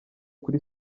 kuri